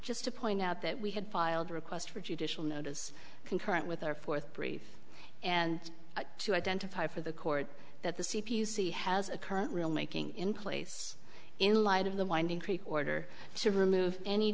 just to point out that we had filed a request for judicial notice concurrent with our fourth brief and to identify for the court that the c p c has a current real making in place in light of the winding creek order to remove any